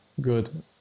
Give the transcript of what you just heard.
good